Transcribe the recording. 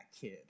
kid